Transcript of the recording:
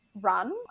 run